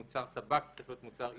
מוצר עישון (זה צריך להיות מוצר עישון,